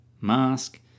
mask